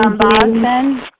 Boston